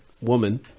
woman